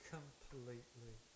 Completely